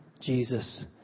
Jesus